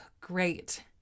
great